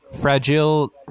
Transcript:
Fragile